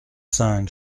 cinq